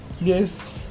yes